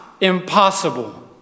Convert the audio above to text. impossible